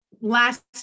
last